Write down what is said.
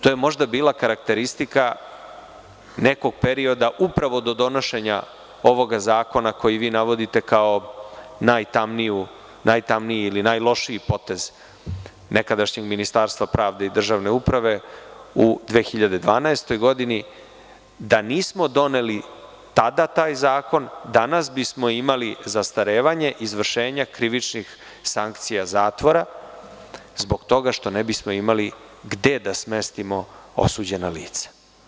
To je možda bila karakteristika nekog perioda upravo do donošenja ovog zakona koji vi navodite kao najtamniji ili najlošiji potez nekadašnjeg Ministarstva pravde i državne uprave u 2012. godini, da nismo doneli tada taj zakon, danas bismo imali zastarevanje izvršenja krivičnih sankcija zatvora zbog toga što ne bismo imali gde da smestimo osuđena lica.